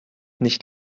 nicht